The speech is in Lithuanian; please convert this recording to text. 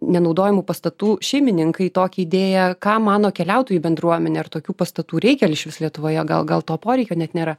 nenaudojamų pastatų šeimininkai į tokią idėją ką mano keliautojų bendruomenė ar tokių pastatų reikia išvis lietuvoje gal gal to poreikio net nėra